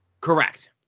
Correct